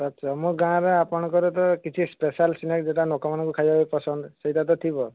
ଆଚ୍ଛା ଆମ ଗାଁରେ ଆପଣଙ୍କର ତ କିଛି ସ୍ପେଶାଲ୍ ସ୍ନାକସ୍ ଯେଉଁଟା ଲୋକମାନଙ୍କୁ ଖାଇବାକୁ ପସନ୍ଦ ସେଇଟା ତ ଥିବ